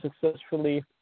successfully